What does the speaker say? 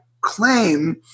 claim